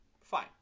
Fine